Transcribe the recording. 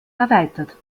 erweitert